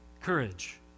courage